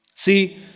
See